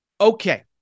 Okay